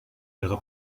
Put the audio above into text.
ihre